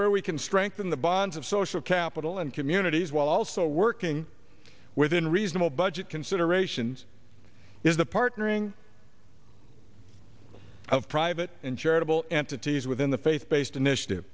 strengthen the bonds of social capital and communities while also working within reasonable budget considerations is the partnering of private and charitable entities within the faith based initiative